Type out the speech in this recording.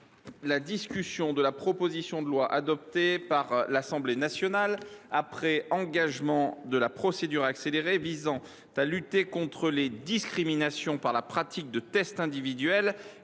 la discussion de la proposition de loi, adoptée par l’Assemblée nationale après engagement de la procédure accélérée, visant à lutter contre les discriminations par la pratique de tests individuels